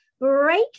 break